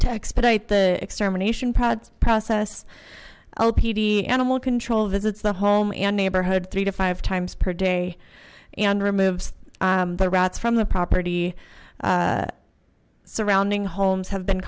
expedite the extermination process lpd animal control visits the home and neighborhood three to five times per day and removes the rats from the property surrounding homes have been